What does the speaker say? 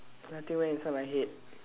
nothing went inside my head